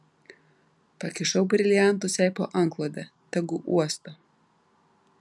pakišau briliantus jai po antklode tegu uosto